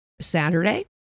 Saturday